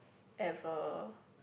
ever